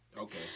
Okay